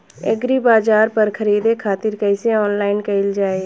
एग्रीबाजार पर खरीदे खातिर कइसे ऑनलाइन कइल जाए?